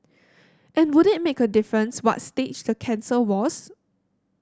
and would it make a difference what stage the cancer was